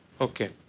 Okay